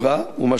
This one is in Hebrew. לספר בשוק.